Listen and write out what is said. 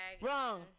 Wrong